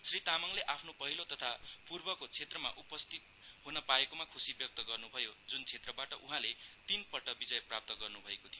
श्री तामाङले आफ्नो पहिलो तथा पूर्वको क्षेत्रमा उपस्थित हृन पाएकोमा खुशि व्यक्त गर्नुभयो जुन क्षेत्रबाट उहाँले तीनपल्ट विजय प्राप्त गर्नु भएको थियो